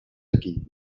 aquí